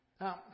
Now